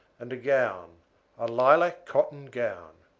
and a gown a lilac cotton gown.